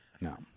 No